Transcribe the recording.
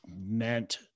meant